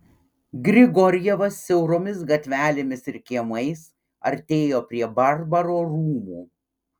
grigorjevas siauromis gatvelėmis ir kiemais artėjo prie barbaro rūmų